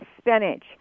spinach